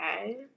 okay